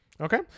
okay